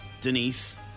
Denise